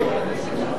כן.